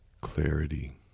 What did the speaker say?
Clarity